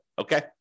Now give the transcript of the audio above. Okay